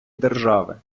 держави